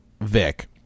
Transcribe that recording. Vic